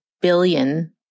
billion